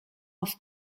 off